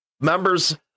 members